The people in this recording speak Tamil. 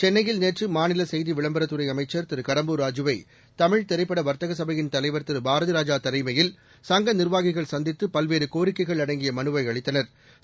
சென்னையில் நேற்று மாநில செய்தி விளம்பரத்துறை அமைச்சர் திரு கடம்பூர் ராஜுவை தமிழ் திரைப்பட வர்த்தக சபையின் தலைவர் திரு பாரதிராஜா தலைமையில் சங்க நிர்வாகிகள் சந்தித்து பல்வேறு கோரிக்கைகள் அடங்கிய மனுவை அளித்தனா்